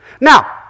Now